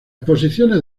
exposiciones